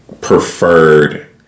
preferred